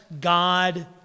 God